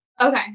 Okay